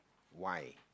why